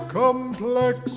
complex